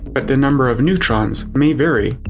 but the number of neutrons may vary.